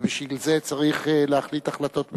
ובגלל זה צריך להחליט החלטות מדיניות,